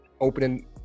opening